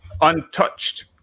untouched